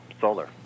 solar